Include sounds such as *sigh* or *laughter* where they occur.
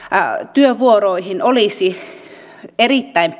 työvuoroihin olisi erittäin *unintelligible*